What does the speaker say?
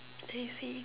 I see